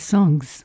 Songs